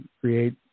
create